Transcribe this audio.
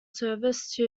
service